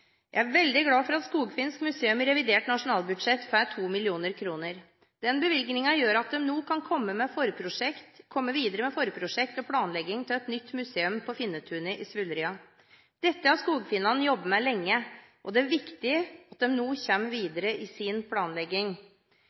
Jeg er veldig glad for at Norsk Skogfinsk Museum i revidert nasjonalbudsjett får 2 mill. kr. Den bevilgningen gjør at de nå kan komme videre med forprosjekt og planlegging av et nytt museum på Finnetunet i Svullrya. Dette har skogfinnene jobbet med lenge, og det er viktig at de nå kommer videre i sin planlegging.